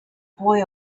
boy